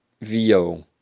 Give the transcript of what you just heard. VO